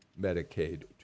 Medicaid